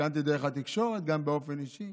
התעדכנתי דרך התקשורת, גם באופן אישי.